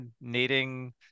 needing